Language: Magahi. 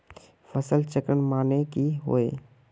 फसल चक्रण माने की होय?